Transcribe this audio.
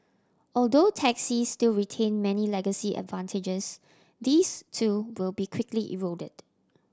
although taxis still retain many legacy advantages these too will be quickly eroded